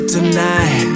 Tonight